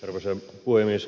arvoisa puhemies